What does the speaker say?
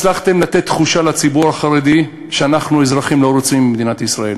הצלחתם לתת תחושה לציבור החרדי שאנחנו אזרחים לא רצויים במדינת ישראל,